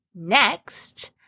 Next